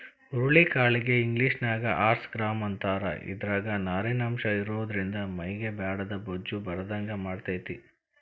ಹುರುಳಿ ಕಾಳಿಗೆ ಇಂಗ್ಲೇಷನ್ಯಾಗ ಹಾರ್ಸ್ ಗ್ರಾಂ ಅಂತಾರ, ಇದ್ರಾಗ ನಾರಿನಂಶ ಇರೋದ್ರಿಂದ ಮೈಗೆ ಬ್ಯಾಡಾದ ಬೊಜ್ಜ ಬರದಂಗ ಮಾಡ್ತೆತಿ